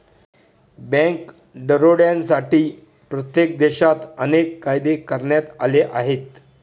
bank दरोड्यांसाठी प्रत्येक देशात अनेक कायदे करण्यात आले आहेत